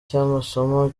cy’amasomo